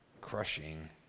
crushing